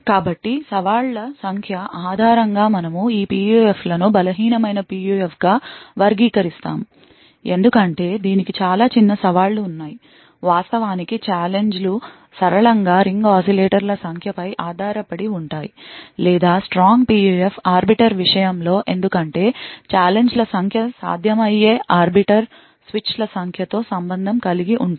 కాబట్టి సవాళ్ల సంఖ్య ఆధారంగా మనము ఈ PUF లను బలహీనమైన PUF గా వర్గీకరిస్తాము ఎందుకంటే దీనికి చాలా చిన్న సవాళ్లు ఉన్నాయి వాస్తవానికి ఛాలెంజ్ లు సరళంగా రింగ్ oscillator ల సంఖ్యపై ఆధారపడి ఉంటాయి లేదా strong PUF ఆర్బిటర్ విషయంలో ఎందుకంటే ఛాలెంజ్ ల సంఖ్య సాధ్యమయ్యే ఆర్బిటర్ స్విచ్ల సంఖ్యతో సంబంధం కలిగి ఉంటుంది